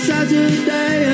Saturday